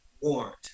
warrant